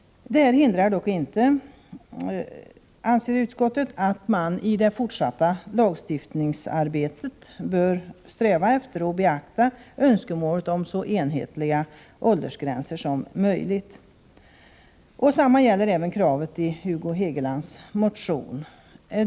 Det hindrar dock inte, anser utskottet, att man i det fortsatta lagstiftningsarbetet bör sträva efter att beakta önskemålet om så enhetliga åldersgränser som möjligt. Detsamma gäller kravet i Hugo Hegelands motion.